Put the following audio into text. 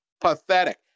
pathetic